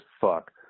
fuck